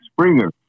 Springer